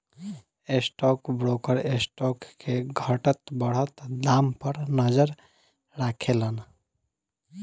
stock broker stock के घटत बढ़त दाम पर नजर राखेलन